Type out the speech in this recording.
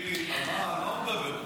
תגיד לי, על מה הוא מדבר?